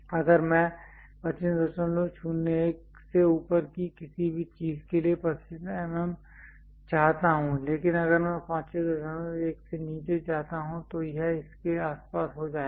अगर मैं 2501 से ऊपर की किसी भी चीज़ के लिए 25 mm चाहता हूं लेकिन अगर मैं 251 से नीचे जाता हूं तो यह इसके आसपास हो जाएगा